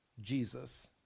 Jesus